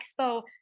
Expo